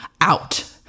out